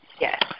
Yes